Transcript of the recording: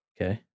Okay